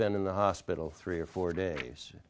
been in the hospital three or four days